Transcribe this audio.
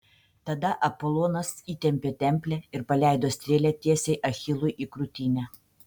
tada apolonas įtempė templę ir paleido strėlę tiesiai achilui į krūtinę